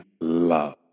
love